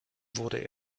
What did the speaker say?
wurde